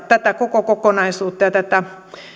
tätä koko kokonaisuutta ja tätä